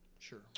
Sure